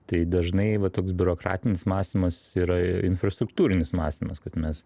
tai dažnai va toks biurokratinis mąstymas yra infrastruktūrinis mąstymas kad mes